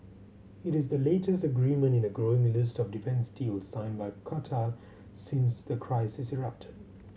it is the latest agreement in a growing list of defence deals signed by Qatar since the crisis erupted